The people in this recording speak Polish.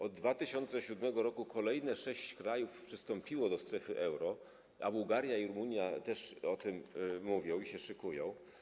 Od 2007 r. kolejne sześć krajów przystąpiło do strefy euro, a Bułgaria i Rumunia też o tym mówią i się do tego szykują.